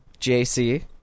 JC